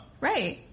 Right